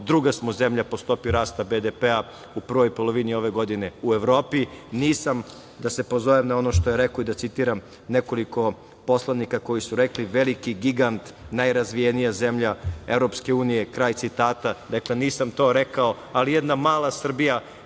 druga smo zemlja po stopi rasta BDP-a u prvoj polovini ove godine u Evropi. Da se pozovem na ono što je rekao i da citiram nekoliko poslanika koji su rekli - veliki gigant, najrazvijenija zemlja EU. Dakle, nisam to rekao, ali jedna mala Srbija